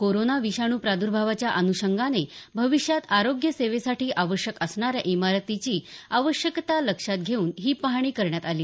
corona विषाणू प्रादर्भावाच्या अनुषंगाने भविष्यात आरोग्य सेवेसाठी आवश्यक असणाऱ्या इमारतीची आवश्यकता लक्षात घेऊन ही पाहणी करण्यात आली